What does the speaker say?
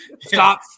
stop